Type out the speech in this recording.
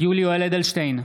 יולי יואל אדלשטיין,